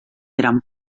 gram